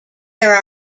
there